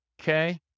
Okay